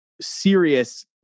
serious